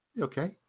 okay